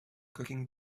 cooking